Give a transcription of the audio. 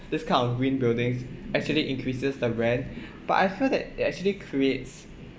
this kind of green buildings actually increases the rent but I feel that it actually creates